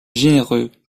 généreux